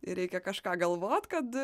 ir reikia kažką galvot kad